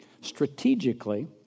strategically